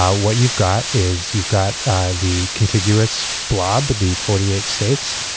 ah what you've got is, you've got the contiguous blob, the forty eight states,